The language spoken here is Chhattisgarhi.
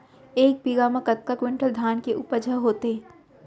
एक बीघा म कतका क्विंटल धान के उपज ह होथे?